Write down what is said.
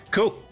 Cool